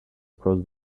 across